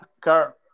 car